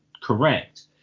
correct